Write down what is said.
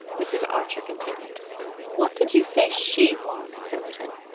mrs. archer continued what did you say she was, sillerton?